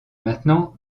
maintenant